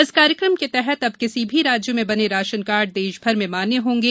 इस कार्यक्रम के तहत अब किसी भी राज्य में बने राशन कार्ड देशभर में मान्य होंगे